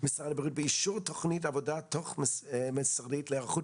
משרד הבריאות באישור תוכנית עבודה תוך משרדית להיערכות,